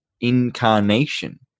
incarnation